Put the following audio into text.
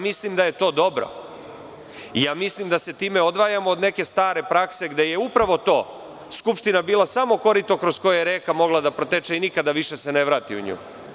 Mislim da je to dobro i mislim da se time odvajamo od neke stare prakse gde je upravo Skupština bila samo korito kroz koje je reka mogla da proteče i nikada više se ne vrati u nju.